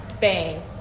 bang